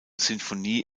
sinfonie